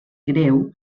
greu